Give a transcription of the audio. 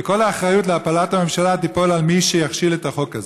וכל האחריות להפלת הממשלה תיפול על מי שיכשיל את החוק הזה.